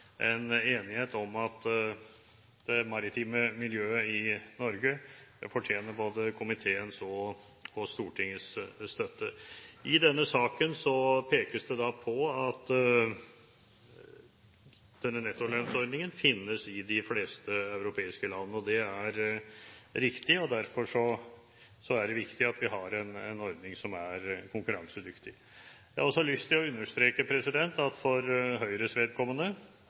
enighet om at det maritime miljøet i Norge fortjener både komiteens og Stortingets støtte. I denne saken pekes det på at denne nettolønnsordningen finnes i de fleste europeiske land. Det er riktig, og derfor er det viktig at vi har en ordning som er konkurransedyktig. Jeg har også lyst til å understreke at for Høyres vedkommende